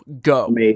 go